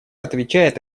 отвечает